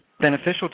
beneficial